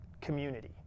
community